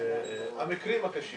המקרים הקשים